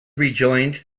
rejoined